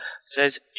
says